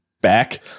back